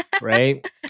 right